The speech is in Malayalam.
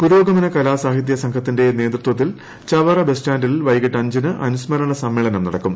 പുരോഗമന കലാസാഹിത്യ സംഘത്തിന്റെ നേതൃത്വത്തിൽ ചവറ ബസ്റ്റാൻഡിൽ വൈകിട്ട് അഞ്ചിന് അനുസ്മരണ സമ്മേളനം നടക്കും